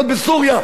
יום-יום,